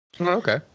Okay